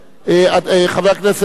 חבר הכנסת חנין,